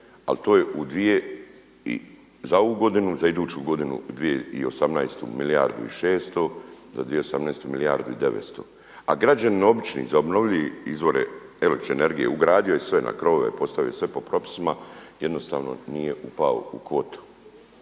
u dvije, za ovu godinu i za iduću godinu 2018. milijardu i 600, za 2018. milijardu i 900. A građanin obični za obnovljive izvore električne energije ugradio je sve na krovove, postavio je sve po propisima jednostavno nije upao u kvotu.